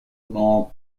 l’on